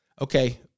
okay